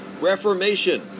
Reformation